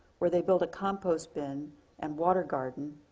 where they built a compost bin and water garden,